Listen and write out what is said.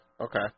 Okay